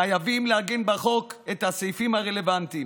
חייבים לעגן בחוק את הסעיפים הרלוונטיים